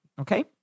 Okay